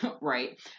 Right